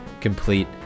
complete